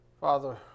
Father